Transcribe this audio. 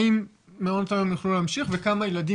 האם מעונות היום יוכלו להמשיך וכמה ילדים